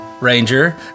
ranger